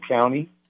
county